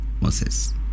Moses